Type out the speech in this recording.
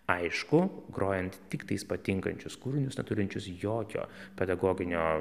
aišku grojant tiktais patinkančius kūrinius neturinčius jokio pedagoginio